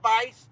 device